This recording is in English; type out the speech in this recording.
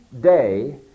day